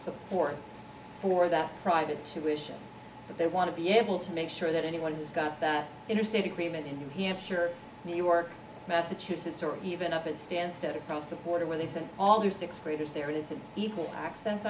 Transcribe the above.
support for that private tuition but they want to be able to make sure that anyone who's got that interstate agreement in new hampshire new york massachusetts or even up at stansted across the border where they send all the sixth graders there it's an equal access